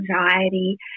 anxiety